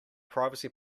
privacy